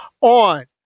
on